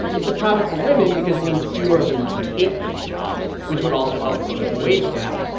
it's a problem for women because it means fewer of them can take these jobs, which would also help close the wage gap.